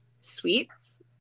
sweets